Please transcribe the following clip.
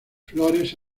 flores